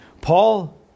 Paul